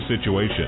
situation